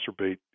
exacerbate